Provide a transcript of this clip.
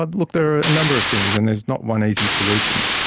and look, there are a number of things, and there's not one easy solution.